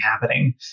happening